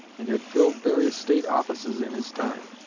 and had filled various state offices in his time.